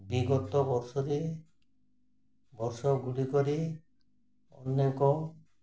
ବିଗତ ବର୍ଷରେ ବର୍ଷଗୁଡ଼ିକରେ ଅନେକ